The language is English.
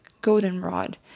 goldenrod